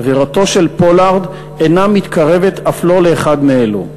עבירתו של פולארד אינה מתקרבת אף לא לאחד מאלו.